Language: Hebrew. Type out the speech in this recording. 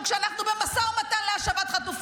מה עשתה הממשלה שלך?